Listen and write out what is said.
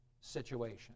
situation